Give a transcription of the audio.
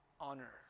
honor